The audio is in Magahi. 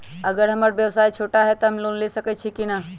अगर हमर व्यवसाय छोटा है त हम लोन ले सकईछी की न?